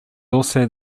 also